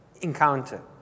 encounter